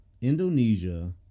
Indonesia